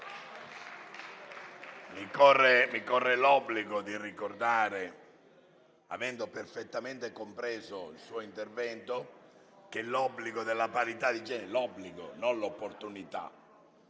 mi corre l'obbligo di ricordare, avendo perfettamente compreso il suo intervento, che l'obbligo della parità di genere - obbligo, non opportunità